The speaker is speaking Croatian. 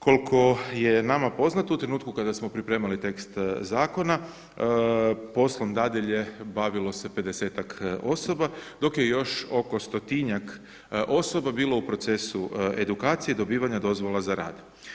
Koliko je nama poznato u trenutku kada smo pripremali tekst zakona poslom dadilje bavilo se 50-ak osoba dok je još oko stotinjak osoba bilo u procesu edukacije i dobivanja dozvola za rad.